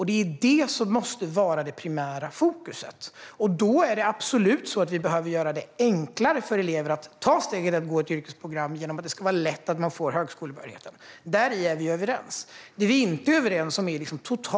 Det är det som måste vara primärt fokus, och vi behöver absolut även göra det enklare för elever att ta steget att gå ett yrkesprogram genom att det ska vara lätt att få högskolebehörighet. Där är vi överens. Det vi inte är överens om är helheten i detta.